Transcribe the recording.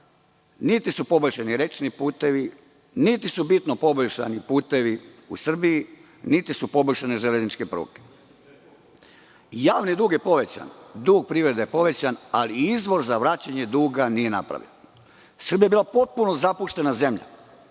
niti su poboljšani rečni putevi, niti su bitno poboljšani putevi u Srbiji, niti su poboljšanje železničke pruge. Javni dug je povećan. Dug privrede je povećan, ali izvoz za vraćanje duga nije napravljen. Srbija je bila potpuno zapuštena zemlja